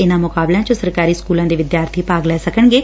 ਇਨ੍ਹਾਂ ਮੁਕਾਬਲਿਆਂ ਵਿੱਚ ਸਰਕਾਰੀ ਸਕੁਲਾਂ ਦੇ ਵਿਦਿਆਰਬੀ ਭਾਗ ਲੈ ਸਕਣਗੇ